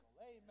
Amen